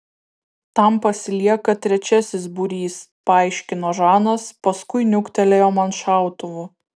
tam pasilieka trečiasis būrys paaiškino žanas paskui niuktelėjo man šautuvu